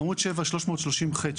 עמוד 8, סעיף 330ח(ב)(2).